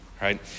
Right